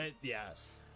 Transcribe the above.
Yes